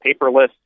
paperless